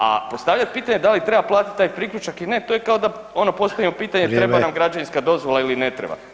A postavljat pitanje da li treba platit taj priključak ili ne to je kao da ono postavimo pitanje [[Upadica: Vrijeme.]] treba nam građevinska dozvola ili ne treba.